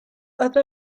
other